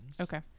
Okay